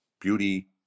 beauty